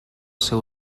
seu